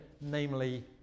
namely